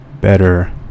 better